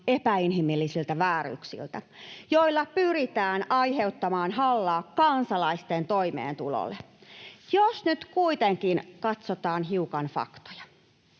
epäinhimillisiltä vääryyksiltä, joilla pyritään aiheuttamaan hallaa kansalaisten toimeentulolle. Jos nyt kuitenkin katsotaan hiukan faktoja,